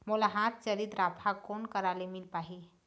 मोला हाथ चलित राफा कोन करा ले मिल पाही?